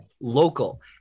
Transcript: local